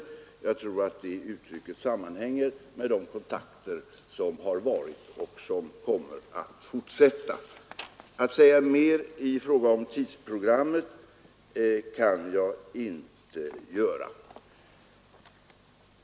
Jag tror att det uttrycket sammanhänger med de kontakter som tagits och vilka kommer att fortsätta. Jag kan inte säga mer i fråga om tidsprogrammet.